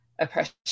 oppression